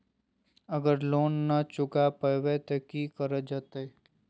अगर लोन न चुका पैबे तो की करल जयते?